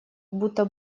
будто